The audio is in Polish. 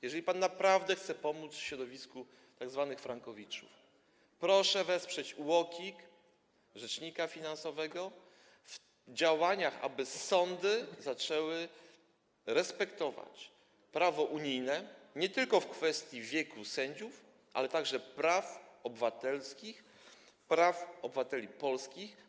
Jeżeli pan naprawdę chce pomóc środowisku tzw. frankowiczów, proszę wesprzeć UOKiK, rzecznika finansowego w działaniach, aby sądy zaczęły respektować prawo unijne nie tylko w kwestii wieku sędziów, ale także w kwestii praw obywatelskich, praw obywateli polskich.